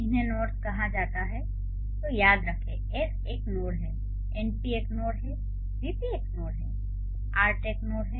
इन्हें नोड्स कहा जाता है याद रखें S एक नोड है NP एक नोड है VP एक नोड है आर्ट एक नोड है